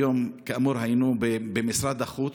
היום, כאמור, היינו במשרד החוץ.